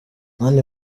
mani